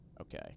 Okay